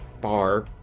bar